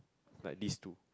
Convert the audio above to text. like this two